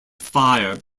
fire